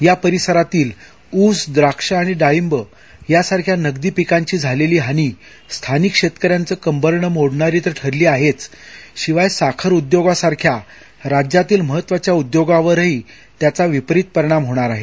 या परिसरातील ऊस द्राक्ष आणि डाळिंब यासारख्या नगदी पिकांची झालेली हानी स्थानिक शेतकऱ्यांचं कंबरडं मोडणारी तर ठरली आहेच शिवाय साखर उद्योगासारख्या राज्यातील महत्वाच्या उद्योगावरही त्याचा विपरीत परिणाम होणार आहे